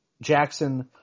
Jackson